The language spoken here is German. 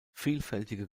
vielfältige